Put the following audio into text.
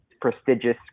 prestigious